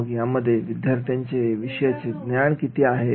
मग यामध्ये विद्यार्थ्यांना विषयाचे ज्ञान किती आहे